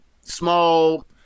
small